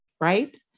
Right